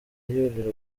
yurira